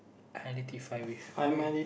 identify with way